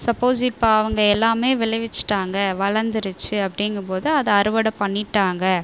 suppose இப்போ அவங்க எல்லாமே விளைவிச்சிட்டாங்க வளர்ந்துருச்சி அப்படிங்கும்போது அதை அறுவடை பண்ணிவிட்டாங்க